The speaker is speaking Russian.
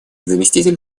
заместитель